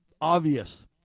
obvious